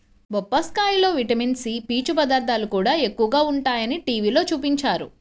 బొప్పాస్కాయలో vitamin C, పీచు పదార్థాలు కూడా ఎక్కువగా ఉంటయ్యని టీవీలో చూపించారు